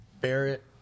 Barrett